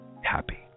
happy